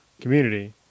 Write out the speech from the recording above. community